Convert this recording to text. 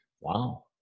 Wow